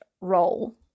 role